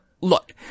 look